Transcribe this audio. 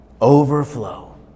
Overflow